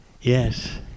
Yes